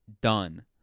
Done